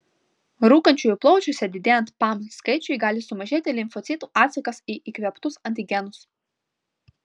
rūkančiųjų plaučiuose didėjant pam skaičiui gali sumažėti limfocitų atsakas į įkvėptus antigenus